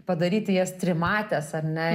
padaryti jas trimates ar ne